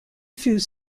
fut